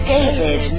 David